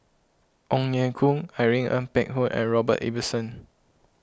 Ong Ye Kung Irene Ng Phek Hoong and Robert Ibbetson